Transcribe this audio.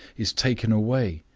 is taken away,